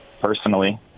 personally